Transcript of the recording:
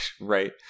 Right